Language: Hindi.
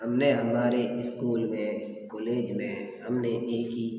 हमने हमारे स्कूल में कॉलेज में हमने एक ही